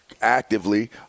actively